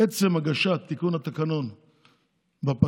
עצם הגשת תיקון התקנון בפגרה,